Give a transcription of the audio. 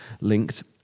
linked